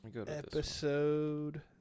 Episode